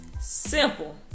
Simple